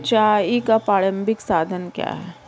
सिंचाई का प्रारंभिक साधन क्या है?